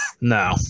No